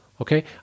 Okay